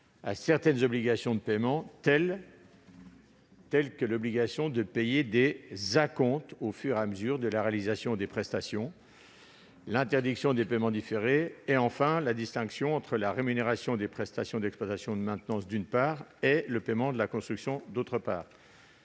à certaines obligations de paiement, notamment l'obligation de payer des acomptes au fur et à mesure de la réalisation des prestations, à l'interdiction des paiements différés et à la distinction entre la rémunération des prestations d'exploitation et de maintenance et le paiement de la construction. Certes,